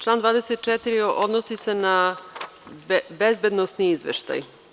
Član 24. odnosi se na bezbednosni izveštaj.